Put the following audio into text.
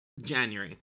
January